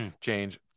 change